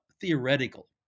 theoretical